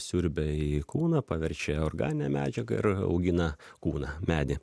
siurbia į kūną paverčia organine medžiaga ir augina kūną medį